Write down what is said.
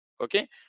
okay